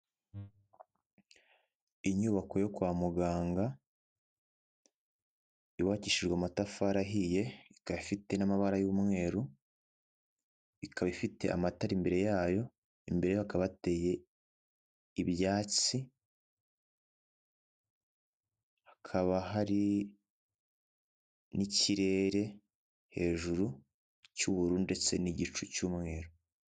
Inyubako yo kwa muganga yubakishijwe amatafari ahiye ikaba ifite n'amabara y'umweru ikaba ifite amatara imbere yayo, imber hakana hateye ibyatsi hakaba hari n'ikirere hejuru cy'ubururu ndetse n'igicu cy'umweru.